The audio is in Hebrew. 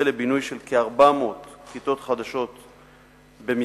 לבינוי של כ-400 כיתות חדשות במזרח-ירושלים,